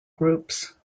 groups